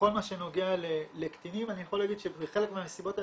ובכל מה שנוגע לקטינים אני יכול להגיד שבחלק מהמסיבות האלה,